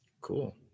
Cool